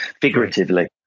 figuratively